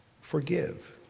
forgive